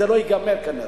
זה לא ייגמר כנראה.